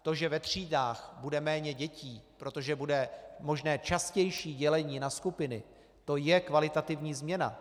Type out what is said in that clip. To, že ve třídách bude méně dětí, protože bude možné častější dělení na skupiny, to je kvalitativní změna.